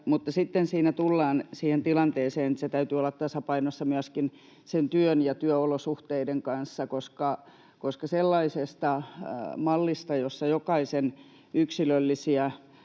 Mutta sitten siinä tullaan siihen tilanteeseen, että sen täytyy olla tasapainossa myöskin työn ja työolosuhteiden kanssa, koska sellaisesta mallista, jossa jokaisen yksilöllisyyttä